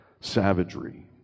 savagery